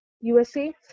USA